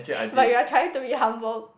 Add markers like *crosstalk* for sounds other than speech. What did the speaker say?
*laughs* but you're trying to be humble